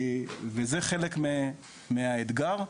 וזה חלק מהאתגר.